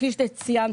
כפי שאתה ציינת,